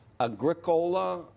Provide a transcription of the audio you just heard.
Agricola